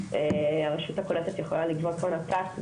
הרשות הקולטת יכולה לגבות הון עתק.